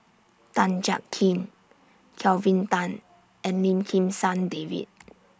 Tan Jiak Kim Kelvin Tan and Lim Kim San David